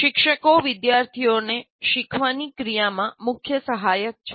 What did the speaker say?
શિક્ષકો વિદ્યાર્થીઓ ને શીખવાની ક્રિયામાં મુખ્ય સહાયક છે